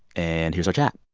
and here's our chat